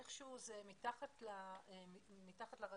איכשהו זה מתחת לרדאר,